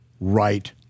right